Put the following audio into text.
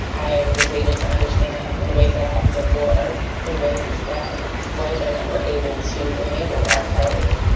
i was able to understand in ways that hadn't before the ways that white women were able to enable. r. kelly,